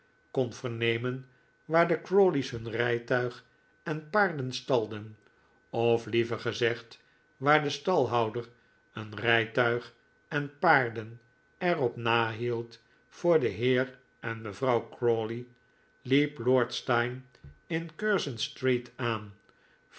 kon vernemen waar de crawley's hun rijtuig en paarden stalden of liever gezegd waar de stalhouder een rijtuig en paarden er op nahield voor den heer en mevrouw crawley liep lord steyne in curzon street aan